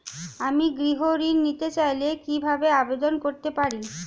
আমি গৃহ ঋণ নিতে চাই কিভাবে আবেদন করতে পারি?